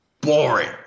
boring